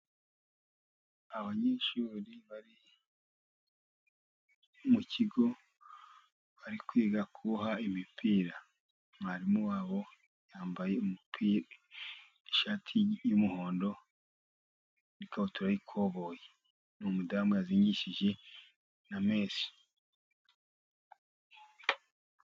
Abanyeshuri bari mu kigo ,bari kwiga kuboha imipira, mwarimu wabo yambaye umupira, ishati y'umuhondo n'ikabutura y'ikoboyi , ni umudamu yazingishije na meshi.